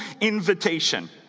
invitation